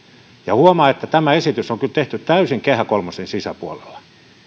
huomaa että tämä esitys on kyllä tehty täysin kehä kolmosen sisäpuolella